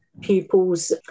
Pupils